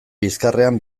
bizkarrean